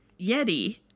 Yeti